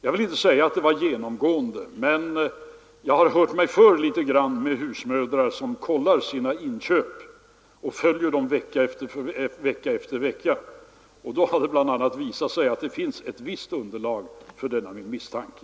Jag vill inte säga att detta har varit genomgående, Men jag har hört mig för litet med husmödrar som kollar sina inköp och följer priserna vecka för vecka, och då har det visat sig att det finns ett visst underlag för denna misstanke.